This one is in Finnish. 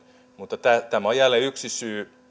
mutta tämä tämä on jälleen yksi syy